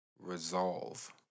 Resolve